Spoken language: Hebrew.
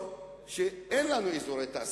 אין לנו אזורי תעשייה,